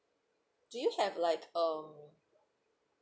do you have like um